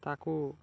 ତାକୁ